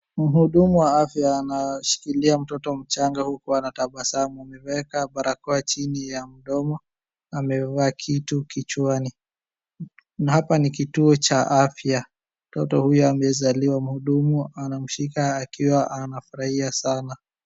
Mhudumu wa afya anashikilia mtoto mchanga, huku anatabasamu. Ameweka barakoa chini ya mdomo amevaa kitu kichwani, na hapa ni kituo cha afya. Mtoto huyo amezaliwa, mhudumu anamshika huku akifurahia sana.